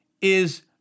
is-